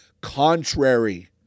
Contrary